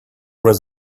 was